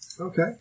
Okay